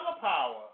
power